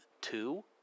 two